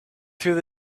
through